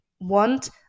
want